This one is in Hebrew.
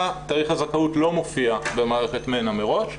תאריך הזכאות לא מופיע במערכת מנ"ע מראש,